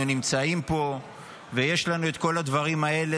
נמצאים פה ויש לנו את כל הדברים האלה,